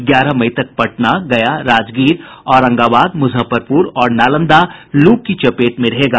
ग्यारह मई तक पटना गया राजगीर औरंगाबाद मुजफ्फरपुर और नालंदा लू की चपेट में रहेगा